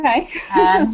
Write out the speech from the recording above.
Okay